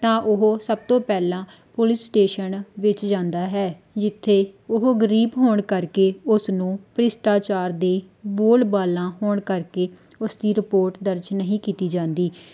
ਤਾਂ ਉਹ ਸਭ ਤੋਂ ਪਹਿਲਾਂ ਪੁਲਿਸ ਸਟੇਸ਼ਣ ਵਿੱਚ ਜਾਂਦਾ ਹੈ ਜਿੱਥੇ ਉਹ ਗਰੀਬ ਹੋਣ ਕਰਕੇ ਉਸ ਨੂੰ ਭ੍ਰਿਸ਼ਟਾਚਾਰ ਦੀ ਬੋਲ ਬਾਲਾਂ ਹੋਣ ਕਰਕੇ ਉਸ ਦੀ ਰਿਪੋਰਟ ਦਰਜ਼ ਨਹੀਂ ਕੀਤੀ ਜਾਂਦੀ